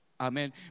Amen